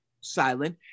silent